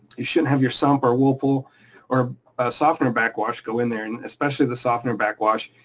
you shouldn't have your sump or whirlpool or softener backwash go in there, and especially the softener backwash.